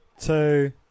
two